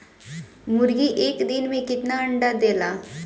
मुर्गी एक दिन मे कितना अंडा देला?